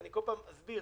ואני כל פעם אסביר